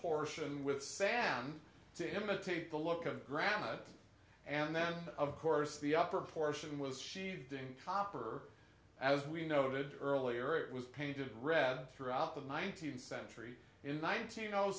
portion with sand to imitate the look of granite and then of course the upper portion was she'd been copper or as we noted earlier it was painted red throughout the nineteenth century in nineteen